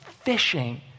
fishing